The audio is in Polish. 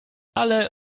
ale